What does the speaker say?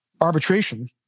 arbitration